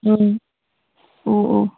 ꯎꯝ ꯑꯣꯑꯣ